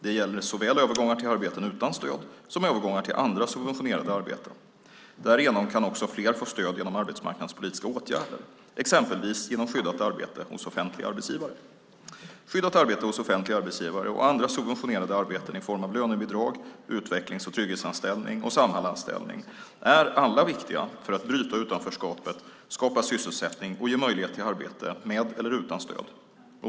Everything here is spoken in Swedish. Det gäller såväl övergångar till arbeten utan stöd som övergångar till andra subventionerade arbeten. Därigenom kan också fler få stöd genom arbetsmarknadspolitiska åtgärder, exempelvis genom skyddat arbete hos offentliga arbetsgivare. Skyddat arbete hos offentliga arbetsgivare och andra subventionerade arbeten i form av lönebidrag, utvecklings och trygghetsanställning och Samhallanställning är alla viktiga för att bryta utanförskapet, skapa sysselsättning och ge möjlighet till arbete med eller utan stöd.